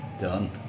Done